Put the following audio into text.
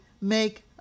make